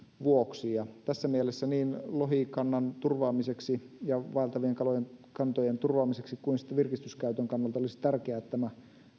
vuoksi ja tässä mielessä lohikannan turvaamiseksi ja vaeltavien kalojen kantojen turvaamiseksi kuin sitten virkistyskäytön kannalta olisi tärkeää että tämä